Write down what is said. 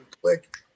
click